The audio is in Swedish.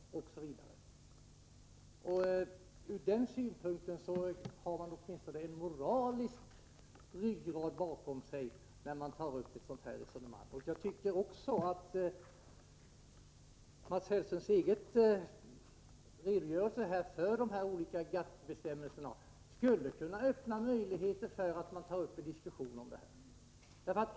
Ur den synpunkten har man åtminstone en moralisk ryggrad när man tar upp ett sådant här resonemang. Jag tyckte också att Mats Hellströms egen redogörelse för de olika GATT-bestämmelserna skulle kunna öppna möjligheter att ta upp en diskussion om detta.